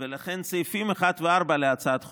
ולכן סעיפים 1 ו-4 להצעת החוק,